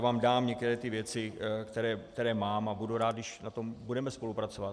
Dám vám některé ty věci, které mám, a budu rád, když na tom budeme spolupracovat.